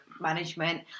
management